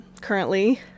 Currently